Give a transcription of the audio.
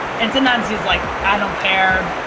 and sometimes he's like, i don't care,